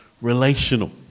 relational